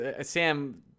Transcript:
Sam